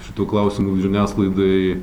šituo klausimu žiniasklaidai